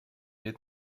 est